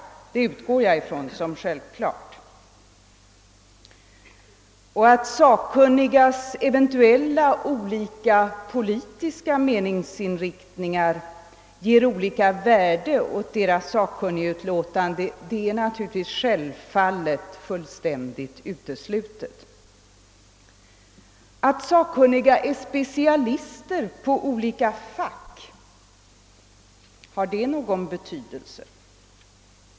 Självfallet är det också fullständigt uteslutet att sakkunnigas eventuella olika politiska meningsinriktningar skulle ge olika värde åt deras sakkunnigutlåtanden. Men har det någon betydelse att sakkunniga är specialister på olika fack?